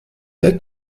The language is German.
wer